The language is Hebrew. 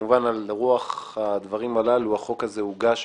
שכמובן ברוח הדברים הללו החוק הזה הוגש והוצע.